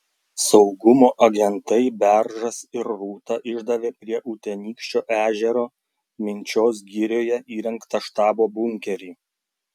saugumo agentai beržas ir rūta išdavė prie utenykščio ežero minčios girioje įrengtą štabo bunkerį